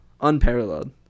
unparalleled